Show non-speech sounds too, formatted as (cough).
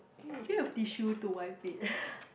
do you have tissue to wipe it (breath)